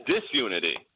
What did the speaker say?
disunity